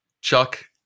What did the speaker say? Chuck